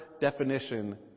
definition